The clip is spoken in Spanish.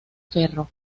ferro